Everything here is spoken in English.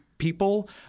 people